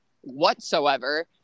whatsoever